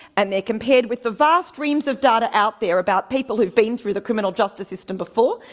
and they're compared with the vast reams of data out there about people who've been through the criminal justice system before.